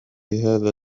هذا